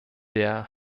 der